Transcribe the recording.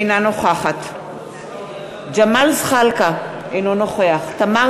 אינה נוכחת ג'מאל זחאלקה, אינו נוכח תמר